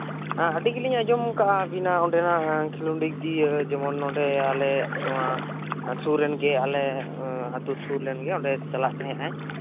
ᱟᱹᱰᱤ ᱜᱮᱞᱤᱧ ᱟᱸᱡᱚᱢ ᱠᱟᱜᱼᱟ ᱟᱵᱤᱱᱟᱜ ᱠᱷᱮᱞᱳᱰ ᱫᱤᱠ ᱫᱤᱭᱮ ᱡᱮᱢᱚᱱ ᱱᱚᱰᱮ ᱟᱞᱮ ᱱᱚᱣᱟ ᱥᱩᱨᱨᱮ ᱨᱮᱱᱜᱮ ᱟᱞᱮ ᱟᱛᱳ ᱨᱮᱱᱜᱮ ᱚᱱᱰᱮ ᱪᱟᱞᱟᱜ ᱛᱟᱦᱮ ᱱᱟᱭ